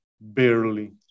barely